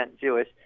Jewish